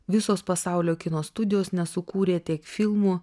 visos pasaulio kino studijos nesukūrė tiek filmų